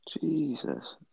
Jesus